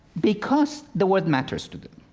because the world matters to them.